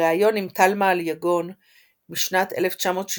בריאיון עם תלמה אליגון משנת 1969